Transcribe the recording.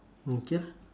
okay lah